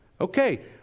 Okay